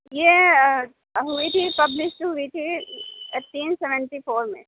یہ ہوئی تھی پبلشڈ ہوئی تھی اٹین سونٹی فور میں